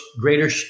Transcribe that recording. Greater